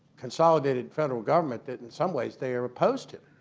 consolidated federal government that in some ways they are opposed to.